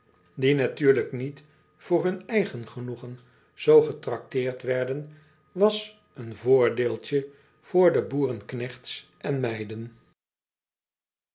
die natuurlijk niet voor hun eigen genoegen zoo getracteerd werden was een voordeeltje voor de boerenknechts en meiden